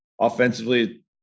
Offensively